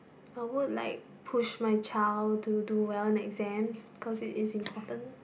I would like push my child to do well in exams because it is important